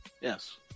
Yes